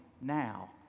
now